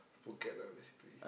Phuket ah basically